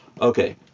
Okay